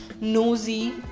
nosy